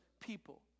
people